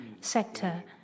sector